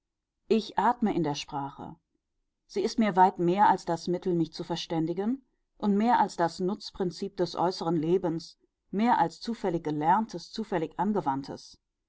ich atme in der sprache sie ist mir weit mehr als das mittel mich zu verständigen und mehr als das nutzprinzip des äußeren lebens mehr als zufällig gelerntes zufällig angewandtes